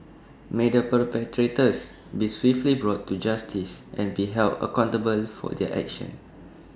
may the perpetrators be swiftly brought to justice and be held accountable for their actions